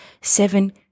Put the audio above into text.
seven